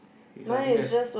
okay so I think that's